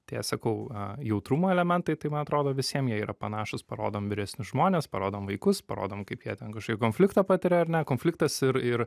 tie sakau jautrumo elementai tai man atrodo visiem jie yra panašūs parodom vyresnius žmones parodom vaikus parodom kaip jie ten kažkokį konfliktą patiria ar ne konfliktas ir ir